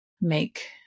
make